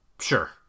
sure